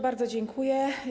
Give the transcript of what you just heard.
Bardzo dziękuję.